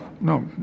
no